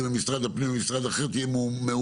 זה ממשרד הפנים למשרד אחר תהיה מהומה.